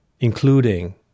including